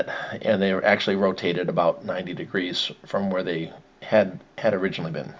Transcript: it and they were actually rotated about ninety degrees from where they had originally been